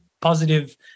positive